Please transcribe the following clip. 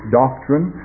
doctrine